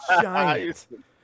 giant